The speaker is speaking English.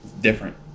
Different